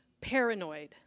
paranoid